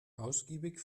ausgiebig